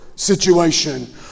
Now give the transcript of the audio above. situation